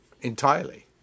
entirely